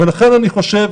לכן אני חושב,